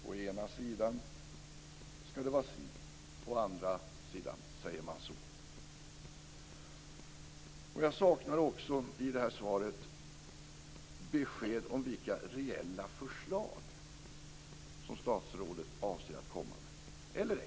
Å ena sidan ska det vara si, å andra sidan ska det vara så. Jag saknar också i svaret besked om vilka reella förslag som statsrådet avser att komma med.